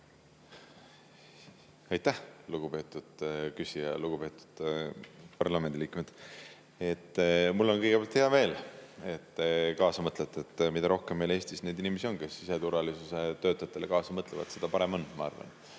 Aitäh, lugupeetud küsija! Lugupeetud parlamendiliikmed! Mul on kõigepealt hea meel, et te kaasa mõtlete. Mida rohkem on meil Eestis inimesi, kes siseturvalisuse töötajatega kaasa mõtlevad, seda parem on, ma arvan.